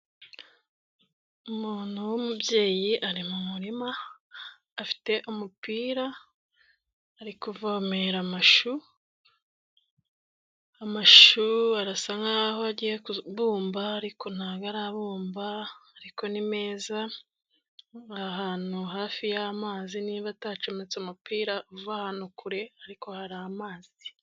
Umuntu w'umubyeyi ari mu murima afite umupira ari kuvomere amashu, amashu arasa nk'aho agiye kubumba ariko ntabwo arabumba ariko ni meza, ari ahantu hafi y'amazi niba atacometse umupira uva ahantu kure ariko hari amazi.